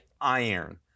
iron